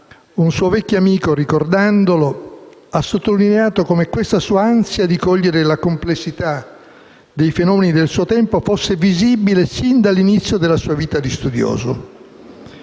un suo vecchio amico, ricordandolo, ha sottolineato come questa sua ansia di cogliere la complessità dei fenomeni del suo tempo fosse visibile sin dall'inizio della sua vita di studioso.